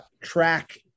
track